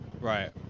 right